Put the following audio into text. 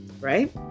right